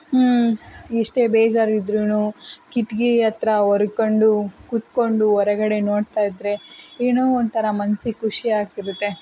ಎಷ್ಟೇ ಬೇಜಾರಿದ್ರೂ ಕಿಟ್ಕಿ ಹತ್ರ ಒರ್ಕೊಂಡು ಕುತ್ಕೊಂಡು ಹೊರಗಡೆ ನೋಡ್ತಾ ಇದ್ದರೆ ಏನೋ ಒಂಥರ ಮನ್ಸಿಗೆ ಖುಷಿ ಆಗ್ತಿರುತ್ತೆ